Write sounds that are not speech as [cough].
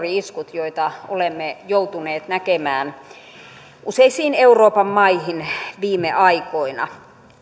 [unintelligible] iskut joita olemme joutuneet näkemään useisiin euroopan maihin viime aikoina